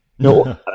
No